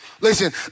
Listen